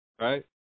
Right